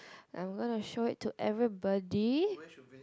I'm going to show it to everybody